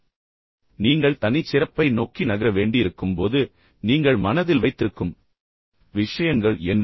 இப்போது நீங்கள் தனிச் சிறப்பை நோக்கி நகர வேண்டியிருக்கும் போது நீங்கள் மனதில் வைத்திருக்கும் விஷயங்கள் என்ன